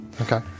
Okay